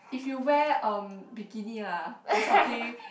if you wear uh bikini lah or something